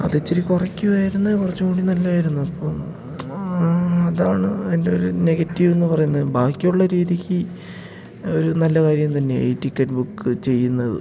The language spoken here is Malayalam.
അതിച്ചിരി കുറക്കുമായിരുന്നേ കുറച്ചു കൂടി നല്ലതായിരുന്നു അപ്പം അതാണ് അതിൻ്റെ ഒരു നെഗറ്റീവെന്നു പറയുന്നത് ബാക്കിയുള്ള രീതിക്ക് ഒരു നല്ല കാര്യം തന്നെയാണ് ഈ ടിക്കറ്റ് ബുക്ക് ചെയ്യുന്നത്